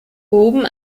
oben